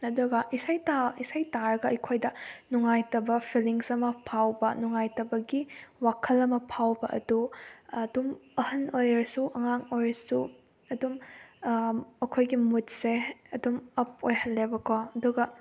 ꯑꯗꯨꯒ ꯏꯁꯩ ꯇꯔꯥꯒ ꯑꯩꯈꯣꯏꯗ ꯅꯨꯡꯉꯥꯏꯇꯕ ꯐꯤꯂꯤꯡꯁ ꯑꯃ ꯐꯥꯎꯕ ꯅꯨꯡꯉꯥꯏꯇꯕꯒꯤ ꯋꯥꯈꯜ ꯑꯃ ꯐꯥꯎꯕ ꯑꯗꯨ ꯑꯗꯨꯝ ꯑꯍꯟ ꯑꯣꯏꯔꯁꯨ ꯑꯉꯥꯡ ꯑꯣꯏꯔꯁꯨ ꯑꯗꯨꯝ ꯑꯩꯈꯣꯏꯒꯤ ꯃꯨꯠꯁꯦ ꯑꯗꯨꯝ ꯑꯞ ꯑꯣꯏꯍꯜꯂꯦꯕꯀꯣ ꯑꯗꯨꯒ